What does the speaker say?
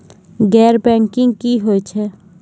गैर बैंकिंग की होय छै?